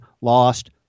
lost